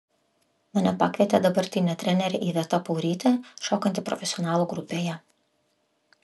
mane pakvietė dabartinė trenerė iveta paurytė šokanti profesionalų grupėje